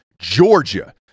Georgia